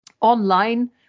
online